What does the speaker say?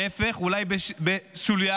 להפך, אולי בשוליה.